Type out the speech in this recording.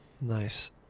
nice